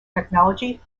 technology